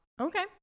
Okay